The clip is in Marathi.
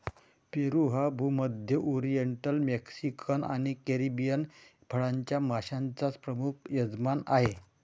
पेरू हा भूमध्य, ओरिएंटल, मेक्सिकन आणि कॅरिबियन फळांच्या माश्यांचा प्रमुख यजमान आहे